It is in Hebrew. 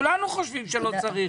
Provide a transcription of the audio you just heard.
כולנו חושבים שלא צריך.